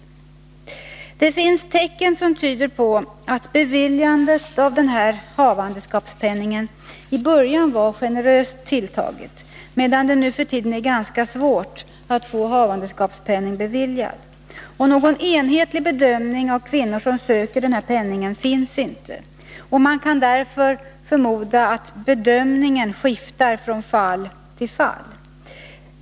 Måndagen den Det finns tecken som tyder på att man vid beviljandet av denna 25 januari 1982 havandeskapspenning i början var generös, medan det nu för tiden är ganska Någon enhetlig bedömning av de kvinnor som söker denna penning finns inte. Man kan därför förmoda att bedömningen skiftar från fall till fall.